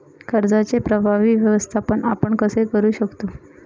कर्जाचे प्रभावी व्यवस्थापन आपण कसे करु शकतो?